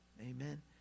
Amen